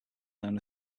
known